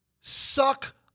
suck